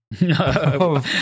No